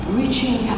reaching